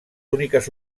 úniques